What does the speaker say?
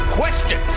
question